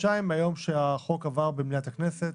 מהיום שהחוק עבר במליאת הכנסת